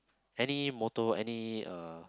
any motto any uh